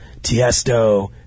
Tiesto